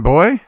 Boy